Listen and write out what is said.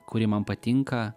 kuri man patinka